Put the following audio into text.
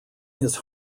his